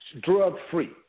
drug-free